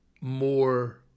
more